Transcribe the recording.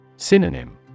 Synonym